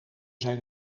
zijn